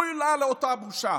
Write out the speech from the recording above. אוי לה לאותה בושה.